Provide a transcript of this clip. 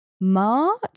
March